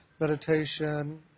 meditation